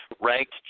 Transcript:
Ranked